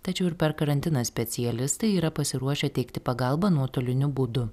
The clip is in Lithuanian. tačiau ir per karantiną specialistai yra pasiruošę teikti pagalbą nuotoliniu būdu